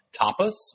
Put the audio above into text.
Tapas